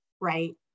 right